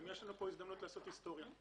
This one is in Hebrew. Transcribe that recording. יש לנו פה הזדמנות לעשות היסטוריה.